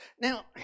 Now